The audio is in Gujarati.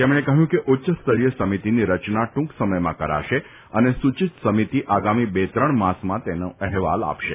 તેમણે કહ્યું કે ઉચ્ચસ્તરીય સમિતીની રચના ટૂંક સમયમાં કરાશે અને સૂચિત સમિતિ આગામી બે ત્રણ માસમાં તેના અહેવાલ આપશે